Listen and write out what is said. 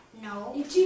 No